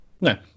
no